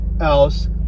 Else